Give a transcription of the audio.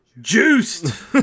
Juiced